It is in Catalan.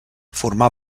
formà